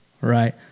Right